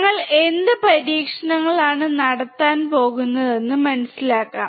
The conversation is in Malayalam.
ഞങ്ങൾ എന്ത് പരീക്ഷണങ്ങളാണ് നടത്താൻ പോകുന്നതെന്ന് മനസിലാക്കാം